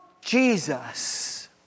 Jesus